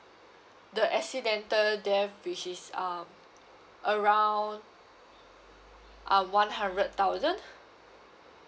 the accidental death which is um around um one hundred thousand